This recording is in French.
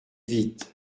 vite